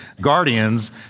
guardians